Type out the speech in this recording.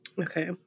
Okay